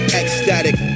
ecstatic